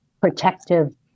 protective